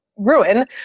ruin